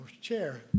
chair